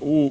U